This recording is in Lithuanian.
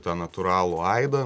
tą natūralų aidą